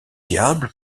diable